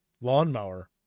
lawnmower